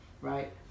right